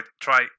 try